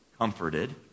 comforted